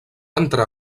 entrar